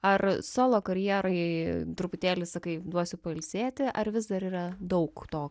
ar solo karjerai truputėlį sakai duosiu pailsėti ar vis dar yra daug to